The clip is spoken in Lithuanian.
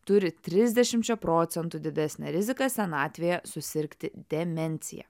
turi trisdešimčia procentų didesnę riziką senatvėje susirgti demencija